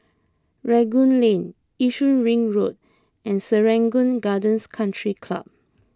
Rangoon Lane Yishun Ring Road and Serangoon Gardens Country Club